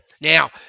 Now